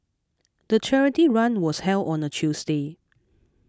the charity run was held on a Tuesday